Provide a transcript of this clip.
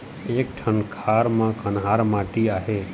एक ठन खार म कन्हार माटी आहे?